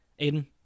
aiden